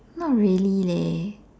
not really leh